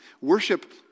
Worship